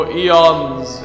eons